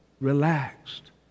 relaxed